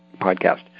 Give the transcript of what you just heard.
podcast